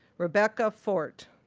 rebecca forte,